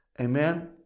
Amen